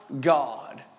God